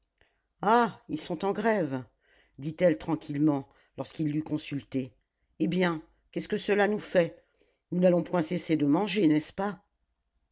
ah ils sont en grève dit-elle tranquillement lorsqu'il l'eut consultée eh bien qu'est-ce que cela nous fait nous n'allons point cesser de manger n'est-ce pas